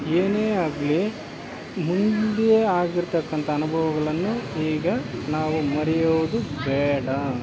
ಏನೇ ಆಗಲಿ ಮುಂದೆ ಆಗಿರ್ತಕ್ಕಂಥ ಅನುಭವಗಳನ್ನು ಈಗ ನಾವು ಮರೆಯೋದು ಬೇಡ